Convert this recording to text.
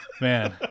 man